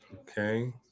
Okay